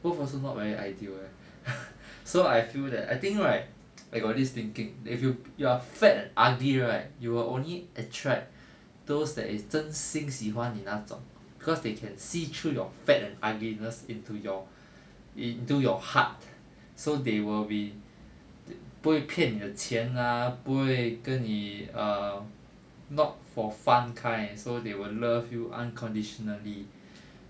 both also not very ideal eh so I feel that I think right I got this thinking if you you're fat and ugly right you will only attract those that is 真心喜欢你那种 cause they can see through your fat and ugliness into your into your heart so they will be 不会骗你的钱 lah 不会跟你 err not for fun kind so they will love you unconditionally